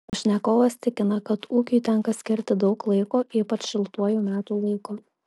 pašnekovas tikina kad ūkiui tenka skirti daug laiko ypač šiltuoju metų laiku